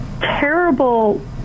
Terrible